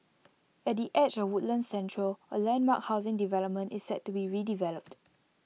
at the edge of Woodlands central A landmark housing development is set to be developed